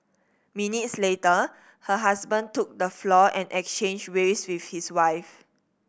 minutes later her husband took the floor and exchanged waves with his wife